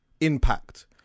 impact